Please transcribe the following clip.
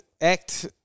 Act